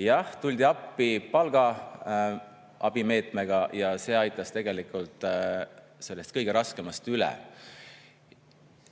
Jah, tuldi appi palgameetmega ja see aitas sellest kõige raskemast üle.